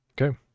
Okay